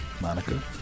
Monica